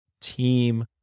team